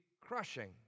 crushing